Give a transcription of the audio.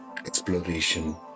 Exploration